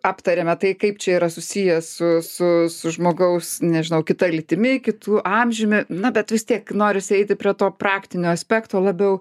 aptarėme tai kaip čia yra susiję su su žmogaus nežinau kita lytimi kitu amžiumi na bet vis tiek norisi eiti prie to praktinio aspekto labiau